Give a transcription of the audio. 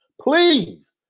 Please